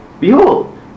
Behold